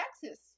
texas